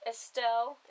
Estelle